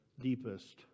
deepest